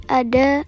ada